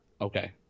okay